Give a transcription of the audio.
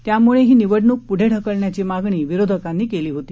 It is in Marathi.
त्यामुळे ही निवडणूक पुढे ढकलण्याची मागणी विरोधकांनी केली होती